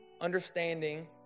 Understanding